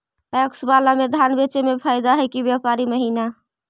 PACS बाला में धान बेचे मे फायदा है कि व्यापारी महिना?